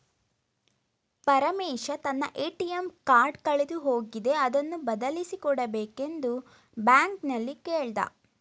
ಪರಮೇಶ ತನ್ನ ATM card ಕಳೆದು ಹೋಗಿದೆ ಅದನ್ನು ಬದಲಿಸಿ ಕೊಡಬೇಕೆಂದು ಬ್ಯಾಂಕಲ್ಲಿ ಕೇಳ್ದ